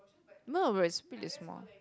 no whereas pit is small